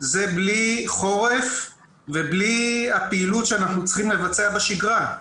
זה בלי חורף ובלי הפעילות שאנחנו צריכים לבצע בשגרה.